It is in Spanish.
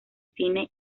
cine